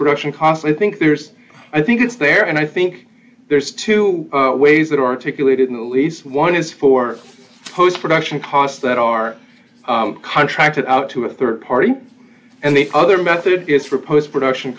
production cost i think there's i think it's there and i think there's two ways that articulated in the lease one is for post production costs that are contracted out to a rd party and the other method is for post production